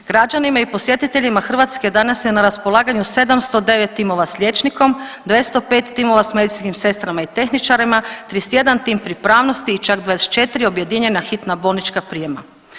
Građanima i posjetiteljima Hrvatske danas je na raspolaganju 709 timova s liječnikom, 205 timova s medicinskim sestrama i tehničarima, 31 tim pripravnosti i čak 24 objedinjena hitna bolnička prijema.